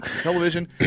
television